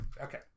Okay